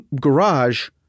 garage